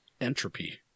entropy